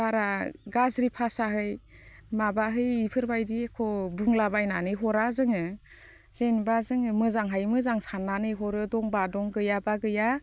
बारा गाज्रि भासाहाय माबाहै बेफोरबायदि एख' बुंलाबायनानै हरा जोङो जेनेबा जोङो मोजांयै मोजां साननानै हरो दंबा दं गैयाबा गैया